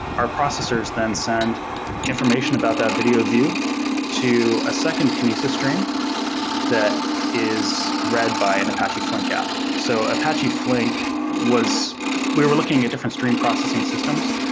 our processors then send information about that video view to a second kinesis stream that is read by an apache flink app. so apache flink was we're looking at different stream processing systems,